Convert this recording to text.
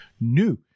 New